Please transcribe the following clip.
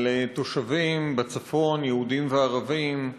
על תושבים בצפון, יהודים וערבים,